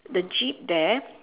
the jeep there